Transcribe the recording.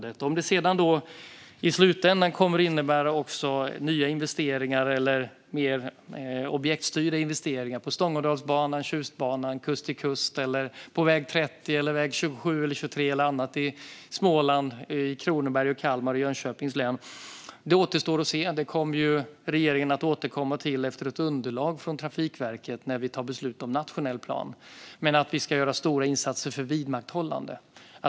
Det återstår att se om det i slutändan kommer att innebära nya investeringar eller mer objektstyrda investeringar på Stångådalsbanan, Tjustbanan, Kust-till-kust-banan eller på väg 30, väg 27, väg 23 eller annat i Småland, i Kronobergs län, Kalmar län och Jönköpings län. Det kommer vi i regeringen att återkomma till efter ett underlag från Trafikverket när vi tar beslut om nationell plan. Men vi ska göra stora insatser för vidmakthållande.